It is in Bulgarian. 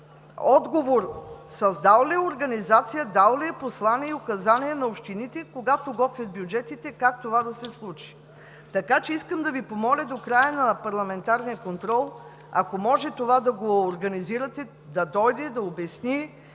отговор: създал ли е организация, дал ли е послание и указание на общините, когато готвят бюджетите, как това да се случи? Искам да Ви помоля до края на парламентарния контрол, ако може, да организирате това – да дойде, да обясни,